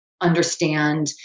understand